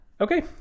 okay